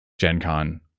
GenCon